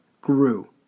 grew